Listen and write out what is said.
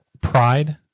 pride